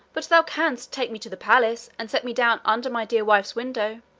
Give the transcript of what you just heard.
but thou canst take me to the palace, and set me down under my dear wife's window.